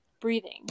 breathing